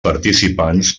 participants